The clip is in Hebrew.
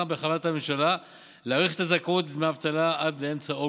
בכוונת הממשלה להאריך את הזכאות לדמי האבטלה עד לאמצע אוגוסט.